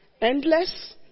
endless